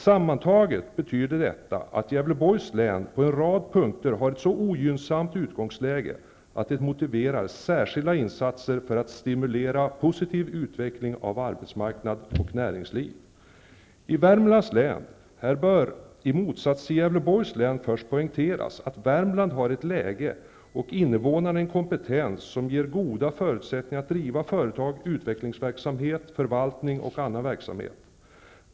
Sammantaget betyder detta att Gävleborgs län på en rad punkter har ett så ogynnsamt utgångsläge att det motiverar särskilda insatser för att stimulera en positiv utveckling av arbetsmarknad och näringliv. När det gäller Värmlands län bör i motsats till Gävleborgs län först poängteras, att Värmland har ett läge och innevånarna en kompetens som ger goda förutsättningar att driva företag, utvecklingsverksamhet, förvaltning och annan verksamhet.